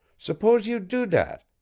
s'pose you do dat,